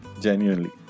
genuinely